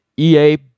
ea